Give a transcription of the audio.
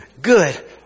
good